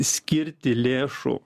skirti lėšų